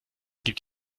gibt